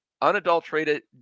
unadulterated